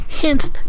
Hence